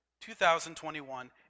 2021